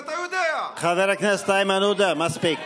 אביגדור ליברמן פועל להפיל את הליכוד.